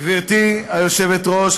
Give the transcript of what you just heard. גברתי היושבת-ראש,